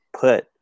put